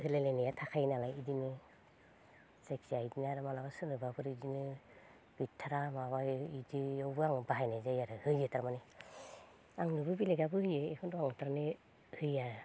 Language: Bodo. होलाय लायनाया थाखायो नालाय इदिनो जायखिजाया इदिनो आरो माब्लाबा सोरनोबाफोर इदिनो गैथारा माबा इदि आवबो आं बाहायनाय जायो आरो होयो थारमाने आंनोबो बेलेगाबो होयो एखनथ' थारमाने होयो आं